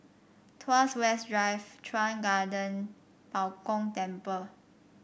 Tuas West Drive Chuan Garden Bao Gong Temple